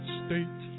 state